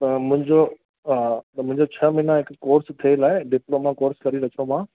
त मुंहिंजो त मुंहिंजो छह महिना हिकु कोर्स थियल आहे डिप्लोमा कोर्स करे रखियो मां